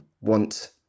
want